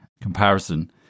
comparison